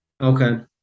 okay